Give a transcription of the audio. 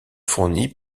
fourni